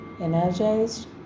energized